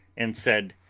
and said,